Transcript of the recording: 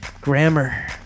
Grammar